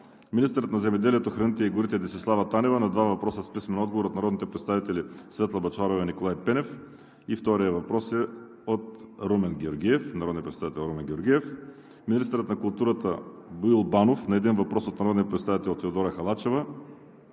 министърът на земеделието, храните и горите Десислава Танева – на два въпроса с писмен отговор от народните представители Светла Бъчварова и Николай Пенев; вторият въпрос е от народния представител Румен Георгиев; - министърът на културата Боил Банов – на един въпрос от народния представител Теодора Халачева;